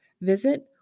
Visit